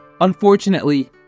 Unfortunately